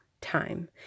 time